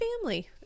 family